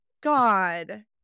God